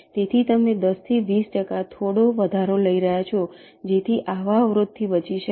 તેથી તમે 10 થી 20 ટકા થોડો વધારો લઈ રહ્યા છો જેથી આવા અવરોધોથી બચી શકાય